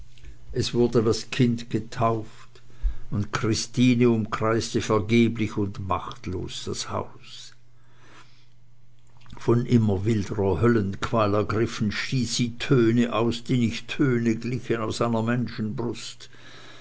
es wurde das kind getauft und christine umkreiste vergeblich und machtlos das haus von immer wilderer höllenqual ergriffen stieß sie töne aus die nicht tönen glichen aus einer menschenbrust